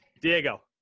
Diego